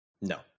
No